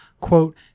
Quote